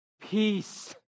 peace